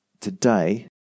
today